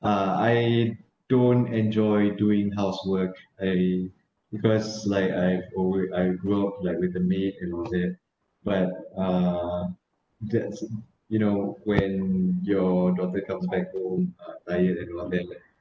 uh I don't enjoy doing housework eh because like I've always I grew up like with the maid and all that but uh that's you know when your daughter comes back home uh tired and what tell her